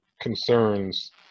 concerns